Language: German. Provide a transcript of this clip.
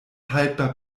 haltbar